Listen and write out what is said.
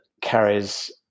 carries